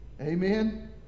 Amen